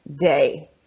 day